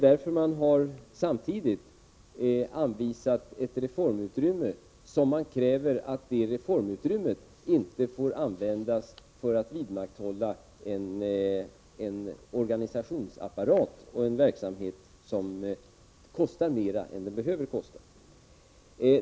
Därför har man samtidigt anvisat ett reformutrymme som inte får användas för att vidmakthålla en organisationsapparat och en verksamhet som kostar mera än den behöver kosta.